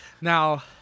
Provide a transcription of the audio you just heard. Now